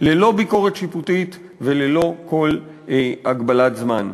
ללא ביקורת שיפוטית וללא כל הגבלת זמן.